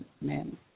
men